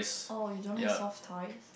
oh you don't like soft toys